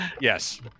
Yes